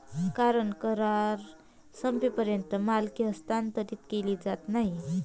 कारण करार संपेपर्यंत मालकी हस्तांतरित केली जात नाही